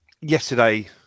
yesterday